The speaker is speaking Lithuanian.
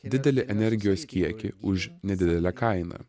didelį energijos kiekį už nedidelę kainą